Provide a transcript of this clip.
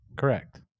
Correct